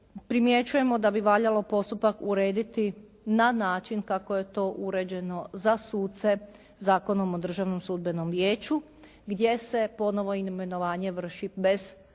primjećujemo da bi valjalo postupak urediti na način kako je to uređeno za suce Zakonom o Državnom sudbenom vijeću gdje se ponovno imenovanje vrši bez